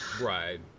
Right